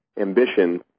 ambition